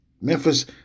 Memphis